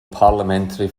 parliamentary